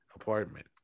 apartment